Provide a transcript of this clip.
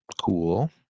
cool